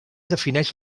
defineix